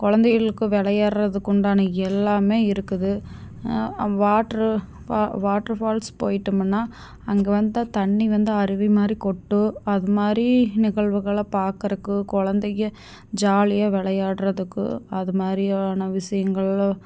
குழந்தைகளுக்கு விளையாடுறதுக்கு உண்டான எல்லாமே இருக்குது வாட்ரு வா வாட்ரு ஃபால்ஸ் போயிட்டோம்னால் அங்கே வந்து தண்ணி வந்து அருவி மாதிரி கொட்டும் அது மாதிரி நிகழ்வுகளை பார்க்குறதுக்கு குழந்தைங்க ஜாலியாக விளையாடுறதுக்கு அது மாதிரியான விஷயங்களும்